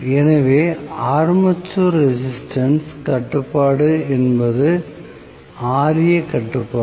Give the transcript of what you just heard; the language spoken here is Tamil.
எனவே ஆர்மேச்சர் ரெசிஸ்டன்ஸ் கட்டுப்பாடு என்பது Ra கட்டுப்பாடு